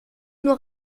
nur